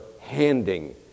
handing